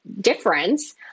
difference